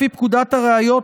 לפי פקודת הראיות,